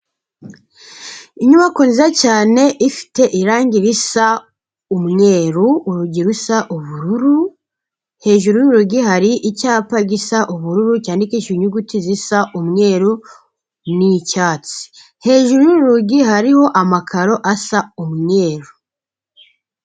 Inyubako nziza cyane, ifite irangi risa umweru, urugi rusa ubururu, hejuru y'urugi hari icyapa gisa ubururu cyandikishije ikinyuguti zisa umweru, n'icyatsi, hejuru y'urugi hariho amakaro asa umweru.